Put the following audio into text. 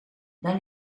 dans